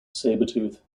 sabretooth